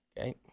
Okay